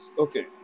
okay